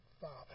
Father